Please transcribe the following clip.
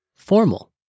formal